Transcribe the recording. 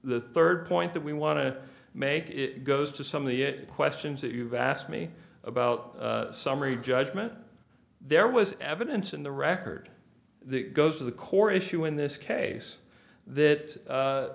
the third point that we want to make it goes to some of the questions that you've asked me about summary judgment there was evidence in the record goes to the core issue in this case that